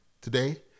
today